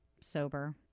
sober